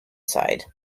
side